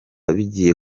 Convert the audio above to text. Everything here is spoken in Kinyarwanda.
bigiye